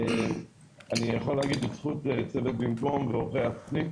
אני יכול להגיד לזכות צוות "במקום" ועורכי התוכנית